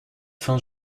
fin